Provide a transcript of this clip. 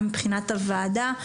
גם מבחינת הוועדה,